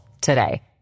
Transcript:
today